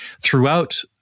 throughout